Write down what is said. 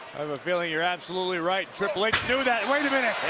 i have a feeling you're absolutely right, triple h knew that, wait a minute.